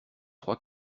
trois